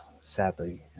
Sadly